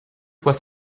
trois